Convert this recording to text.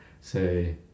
say